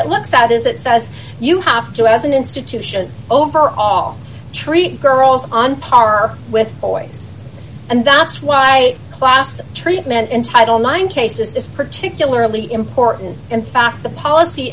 it looks out is it says you have to as an institution overall treat girls on par with boyce and that's why class treatment in title nine cases is particularly important in fact the policy